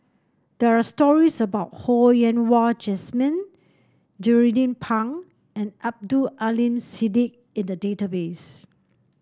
there are stories about Ho Yen Wah Jesmine Jernnine Pang and Abdul Aleem Siddique in the database